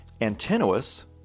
Antinous